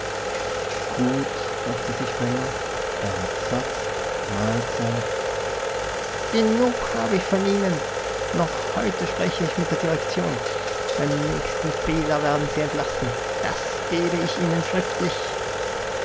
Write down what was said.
gut dachte sich benno er hat's satt mahlzeit genug hab ich von ihnen noch heute spreche ich mit der direktion beim nächsten fehler werden sie entlassen das gebe ich ihnen schriftlich